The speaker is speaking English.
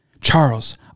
Charles